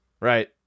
Right